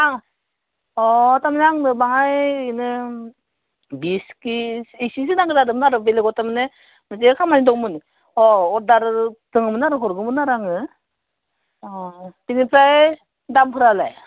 आं अ थारमाने आंबो बाङाय ओरैनो बिस खेजिसो नांगौ जादोंमोन आरो बेलेगाव थारमाने बिदि खामानि दंमोन अ अरदार दङमोन आरो हरगौमोन आरो आङो अ बेनिफ्राय दामफोरालाय